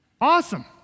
Awesome